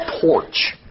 porch